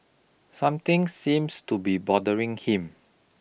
something seems to be bothering him